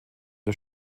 der